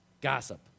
Gossip